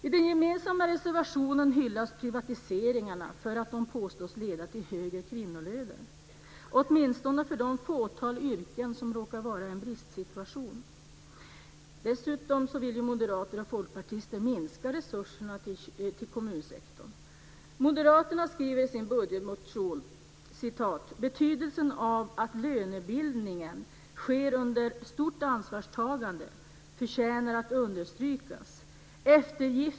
I den gemensamma reservationen hyllas privatiseringarna för att de påstås leda till högre kvinnolöner, åtminstone i det fåtal yrken som råkar vara i en bristsituation. Dessutom vill ju moderater och folkpartister minska resurserna till kommunsektorn. "Betydelsen av att lönebildningen sker under stort ansvarstagande förtjänar att understrykas.